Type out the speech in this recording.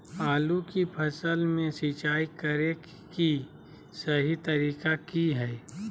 आलू की फसल में सिंचाई करें कि सही तरीका की हय?